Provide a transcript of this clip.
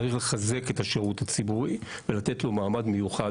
צריך לחזק את השירות הציבורי ולתת לו מעמד מיוחד.